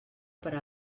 per